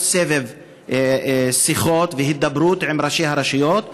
סבב שיחות והידברות עם ראשי הרשויות,